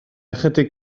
ychydig